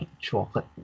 Chocolate